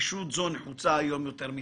נחישות זו נחוצה היום יותר מתמיד.